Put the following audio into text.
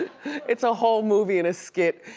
it's a whole movie in a skit.